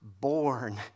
born